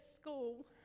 school